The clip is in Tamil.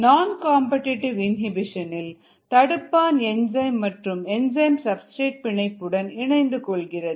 நான் காம்படிடிவு இனிபிஷன் இல் தடுப்பான் என்சைம் மற்றும் என்சைம் சப்ஸ்டிரேட் பிணைப்புடன் இணைந்து கொள்கிறது